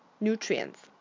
nutrients